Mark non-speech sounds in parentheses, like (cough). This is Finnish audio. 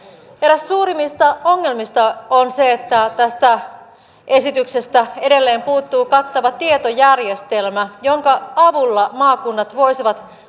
eräs suurimmista ongelmista on se että tästä esityksestä edelleen puuttuu kattava tietojärjestelmä jonka avulla maakunnat voisivat (unintelligible)